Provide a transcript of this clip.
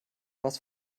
was